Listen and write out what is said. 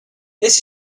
this